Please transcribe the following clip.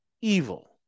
evil